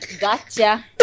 Gotcha